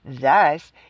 thus